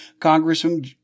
Congressman